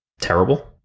terrible